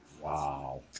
Wow